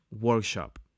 workshop